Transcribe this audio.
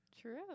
True